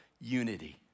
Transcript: unity